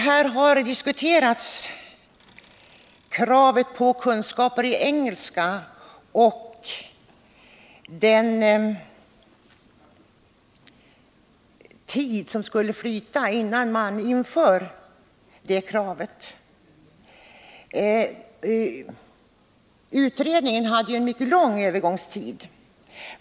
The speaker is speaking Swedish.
Här har diskuterats hur lång tid som skall förflyta innan man inför kravet på engelska. Utredningen föreslog ju en mycket lång övergångstid.